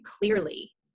clearly